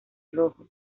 rojo